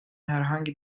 herhangi